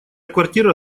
квартира